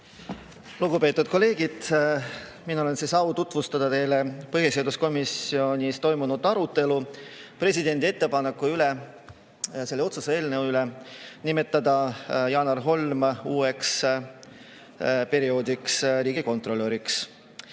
Lugupeetud kolleegid! Mul on au tutvustada teile põhiseaduskomisjonis toimunud arutelu presidendi ettepaneku üle, selle otsuse eelnõu üle nimetada Janar Holm uueks perioodiks riigikontrolöriks.